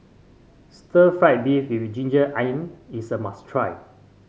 Stir Fried Beef with ginger onion is a must try